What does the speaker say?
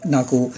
Naku